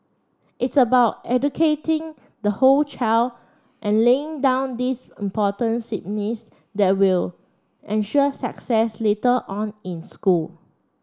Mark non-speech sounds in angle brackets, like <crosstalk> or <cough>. it's about educating the whole child and laying down these important <unintelligible> that will ensure success later on in school